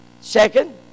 Second